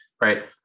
right